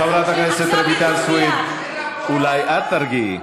חברת הכנסת רויטל סויד, אולי את תרגיעי.